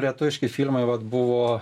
lietuviški filmai vat buvo